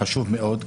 חשוב מאוד,